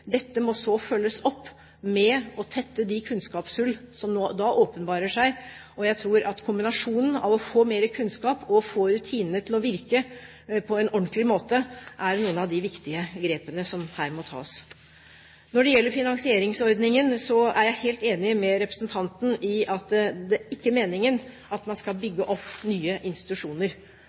Dette må så følges opp med å tette de kunnskapshull som da åpenbarer seg, og jeg tror at kombinasjonen av å få mer kunnskap og få rutinene til å virke på en ordentlig måte er noen av de viktige grepene som her må tas. Når det gjelder finansieringsordningen, er jeg helt enig med representanten i at det er ikke meningen at man skal bygge opp nye institusjoner.